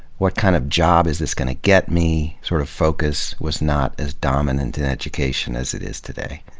what kind of job is this gonna get me sort of focus was not as dominant in education as it is today.